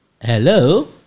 hello